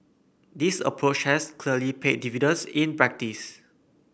this approach has clearly paid dividends in practice